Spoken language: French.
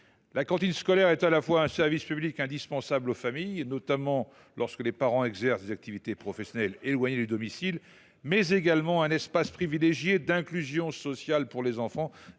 La cantine scolaire est à la fois un service public indispensable aux familles, notamment lorsque les parents exercent des activités professionnelles éloignées du domicile, mais également un espace privilégié d’inclusion sociale pour les enfants.